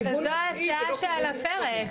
אבל זו ההצעה שעל הפרק,